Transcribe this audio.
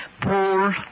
Paul